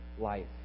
life